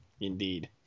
Indeed